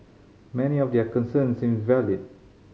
many of their concerns seemed valid